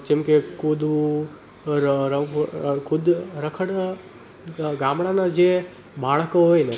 જેમ કે કૂદવું રખડવા ગામડાના જે બાળકો હોય ને